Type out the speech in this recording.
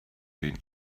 been